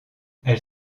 elle